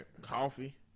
coffee